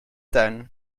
tuin